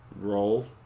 Roll